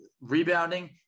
rebounding